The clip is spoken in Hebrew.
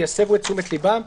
ויסבו את תשומת ליבם,